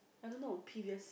I don't know previous